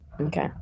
Okay